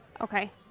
Okay